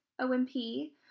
OMP